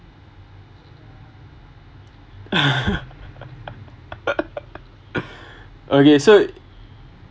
okay so